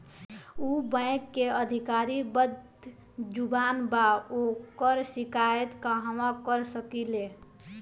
उ बैंक के अधिकारी बद्जुबान बा ओकर शिकायत कहवाँ कर सकी ले